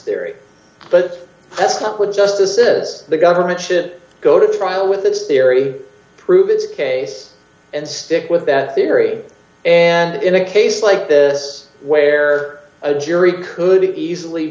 theory but that's not what justices the government should go to trial with this theory prove its case and stick with that theory and in a case like this where a jury could easily